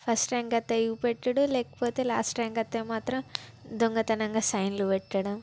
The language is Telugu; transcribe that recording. ఫస్ట్ ర్యాంక్ అయితే చూపెట్టుడు లేకపోతే లాస్ట్ ర్యాంక్ వస్తే మాత్రం దొంగతనంగా సైన్లు పెట్టడం